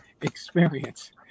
experience